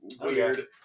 weird